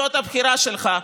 זאת הבחירה שלך,